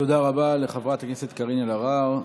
תודה רבה לחברת הכנסת קארין אלהרר.